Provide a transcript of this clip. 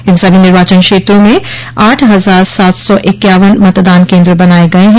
इन सभी निर्वाचन क्षेत्रों में आठ हजार सात सौ इक्यावन मतदान केन्द्र बनाये गये हैं